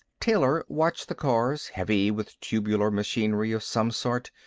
taylor watched the cars, heavy with tubular machinery of some sort,